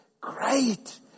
great